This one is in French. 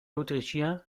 autrichien